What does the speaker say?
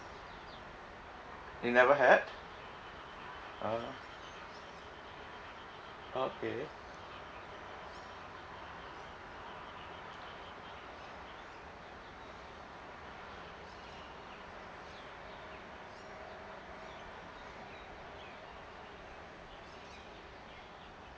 you never had oh okay